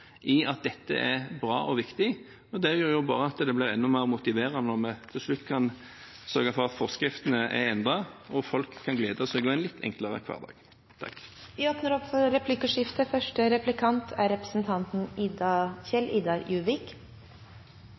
i at dette er bra og viktig, og det gjør jo bare at det blir enda mer motiverende når vi til slutt kan sørge for at forskriftene er endret, og folk kan glede seg over en litt enklere hverdag. Det åpnes for replikkordskifte. Først er